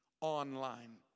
online